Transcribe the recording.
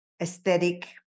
aesthetic